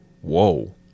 whoa